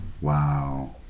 Wow